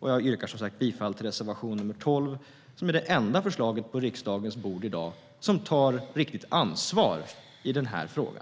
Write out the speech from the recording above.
Jag yrkar som sagt bifall till reservation nr 12, som är det enda förslag på riksdagens bord i dag som innebär att man tar riktigt ansvar i frågan.